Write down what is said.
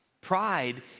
Pride